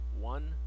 one